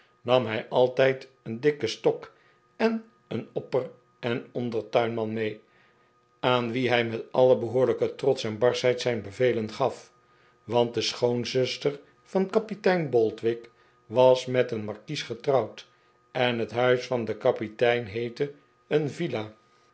nam hij altijd een dikken stok en een opper en ondertuinman mee aan wie hij met alle behoorlijke trots en barschheid zijn bevelen gaf want de schoonzuster van kapitein boldwig was met een markies getrouwd en het huis van den kapitein heette een villa